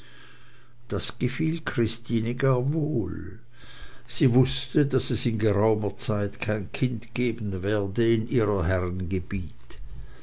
das gefiel christine gar wohl sie wußte daß es in geraumer zeit kein kind geben werde in ihrer herren